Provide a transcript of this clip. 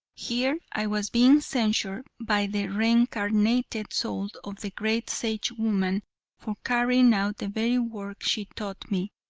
here i was being censured by the reincarnated soul of the great sage-woman for carrying out the very work she taught me,